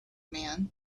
man